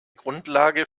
grundlage